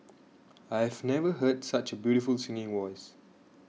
I've never heard such a beautiful singing voice